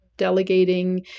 delegating